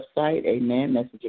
amen